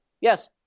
yes